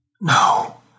No